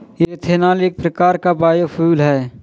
ethanol एक प्रकार का बायोफ्यूल है